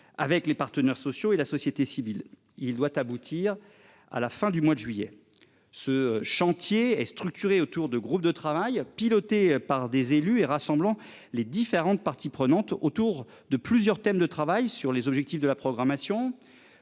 avec les partenaires sociaux et la société civile. Il doit aboutir à la fin du mois de juillet. Ce chantier est structuré autour de groupes de travail piloté par des élus et rassemblant les différentes parties prenantes autour de plusieurs thèmes de travail sur les objectifs de la programmation